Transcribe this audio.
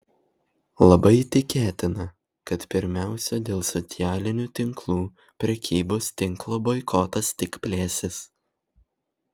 labai tikėtina kad pirmiausia dėl socialinių tinklų prekybos tinklo boikotas tik plėsis